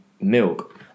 milk